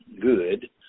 good